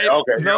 okay